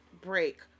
Break